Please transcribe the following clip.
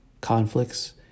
conflicts